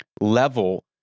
level